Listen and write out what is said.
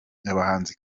babiri